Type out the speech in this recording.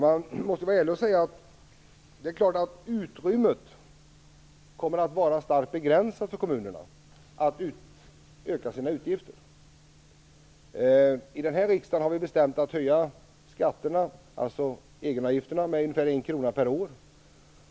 Man måste vara ärlig och säga att utrymmet för kommunerna att öka sina utgifter kommer att vara starkt begränsat. Här i riksdagen har vi bestämt att höja skatterna, dvs. egenavgifterna, med ungefär 1 kr per år.